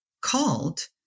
called